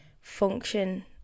function